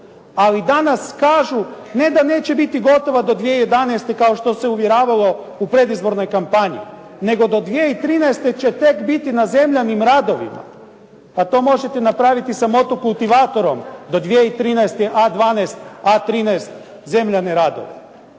Ali danas kažu, ne da neće biti gotovo do 2011. kao što se uvjeravalo u predizbornoj kampanji, nego do 2013. će biti tek na zemljanim radovima. Pa to možete napraviti sa motokultivatorom do 2013. A12, A13 zemljane radove.